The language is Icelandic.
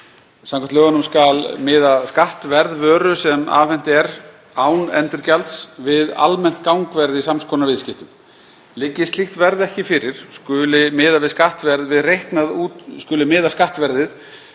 Samkvæmt lögunum skal miða skattverð vöru sem afhent er án endurgjalds við almennt gangverð í sams konar viðskiptum. Liggi slíkt verð ekki fyrir skuli miða skattverð